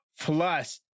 plus